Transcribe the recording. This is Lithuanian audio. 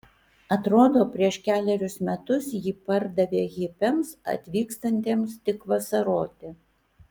atrodo prieš kelerius metus jį pardavė hipiams atvykstantiems tik vasaroti